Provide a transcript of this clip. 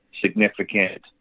significant